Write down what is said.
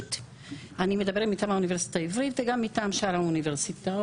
אני מדברת מטעם האוניברסיטה העברית וגם מטעם שאר האוניברסיטאות.